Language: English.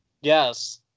yes